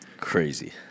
Crazy